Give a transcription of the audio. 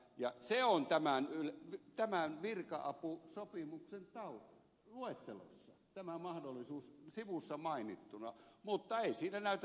tämä mahdollisuus on tämän virka apusopimuksen luettelossa sivussa mainittuna mutta ei siinä näytä tapahtuvan yhtään mitään